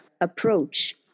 approach